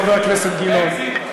חבר הכנסת גילאון.